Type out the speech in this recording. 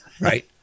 right